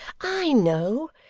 i know!